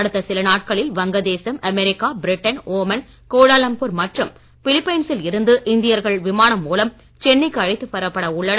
அடுத்த சில நாட்களில் வங்கதேசம் அமெரிக்கா பிரிட்டன் ஓமன் கோலாலம்பூர் மற்றும் பிலிப்பைன்சில் இருந்து இந்தியர்கள் விமானம் மூலம் சென்னைக்கு அழைத்து வரப்பட உள்ளனர்